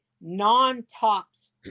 non-tops